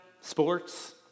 sports